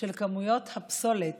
של כמויות הפסולת